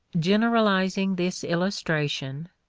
generalizing this illustration,